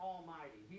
Almighty